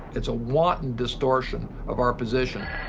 it's a wanton distortion of our position.